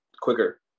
quicker